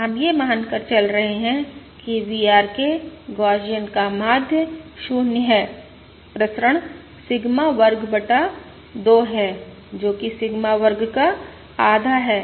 हम यह मानकर चल रहे हैं कि VRK गौसियन का माध्य 0 है प्रसरण सिग्मा वर्ग बटा 2 हैं जो कि सिग्मा वर्ग का आधा है